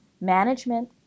management